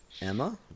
Emma